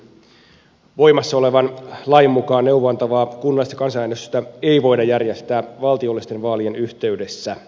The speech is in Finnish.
voimassa olevan lain mukaan neuvoa antavaa kunnallista kansanäänestystä ei voida järjestää valtiollisten vaalien yhteydessä